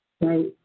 Right